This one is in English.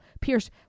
Pierce